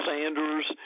Sanders